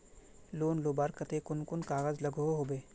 Loan लुबार केते कुन कुन कागज लागोहो होबे?